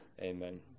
Amen